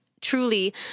truly